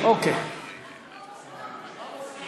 יותר מזה,